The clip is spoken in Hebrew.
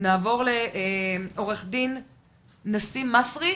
עו"ד נסים מסרי,